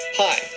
Hi